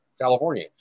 California